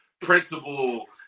principal